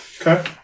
Okay